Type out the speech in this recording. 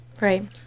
right